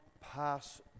pass